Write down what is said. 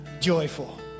joyful